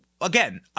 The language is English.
again